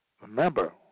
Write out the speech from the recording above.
Remember